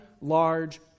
large